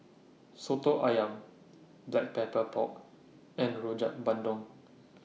Soto Ayam Black Pepper Pork and Rojak Bandung